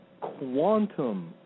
quantum